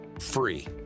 free